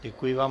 Děkuji vám.